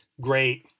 Great